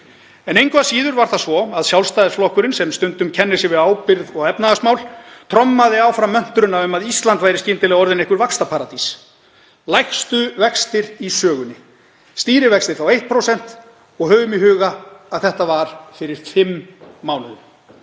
Engu að síður var það svo að Sjálfstæðisflokkurinn, sem stundum kennir sig við ábyrgð og efnahagsmál, trommaði áfram möntruna um að Ísland væri skyndilega orðið að einhverri vaxtaparadís, lægstu vextir í sögunni. Stýrivextir voru þá 1% og höfum í huga að þetta var fyrir fimm mánuðum.